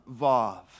Vav